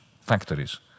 factories